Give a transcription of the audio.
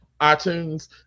iTunes